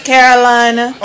Carolina